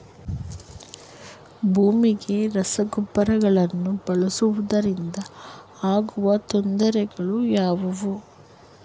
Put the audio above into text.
ಭೂಮಿಗೆ ರಸಗೊಬ್ಬರಗಳನ್ನು ಬಳಸುವುದರಿಂದ ಆಗುವ ತೊಂದರೆಗಳು ಯಾವುವು?